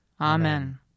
Amen